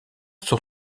sont